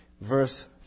Verse